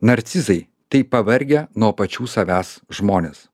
narcizai tai pavargę nuo pačių savęs žmonės